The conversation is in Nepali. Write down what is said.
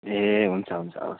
ए हुन्छ हुन्छ हवस्